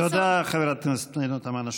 תודה, חברת הכנסת פנינה תמנו-שטה.